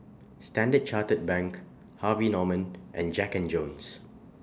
Standard Chartered Bank Harvey Norman and Jack and Jones